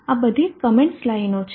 આ બધી કોમેન્ટ્સ લાઈનો છે